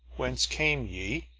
whence came ye,